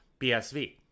BSV